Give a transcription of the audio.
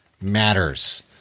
matters